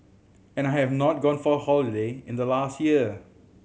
and I have not gone for a holiday in the last year